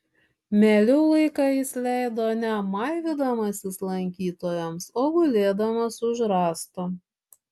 mieliau laiką jis leido ne maivydamasis lankytojams o gulėdamas už rąsto